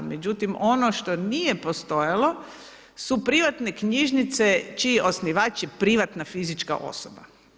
Međutim ono što nije postojalo su privatne knjižnici čiji osnivač je privatna fizička osoba.